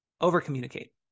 Over-communicate